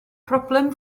problem